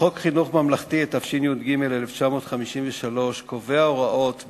המקומיות בענייני היום במסגרת שידורי הטלוויזיה